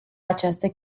această